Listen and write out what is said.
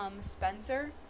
spencer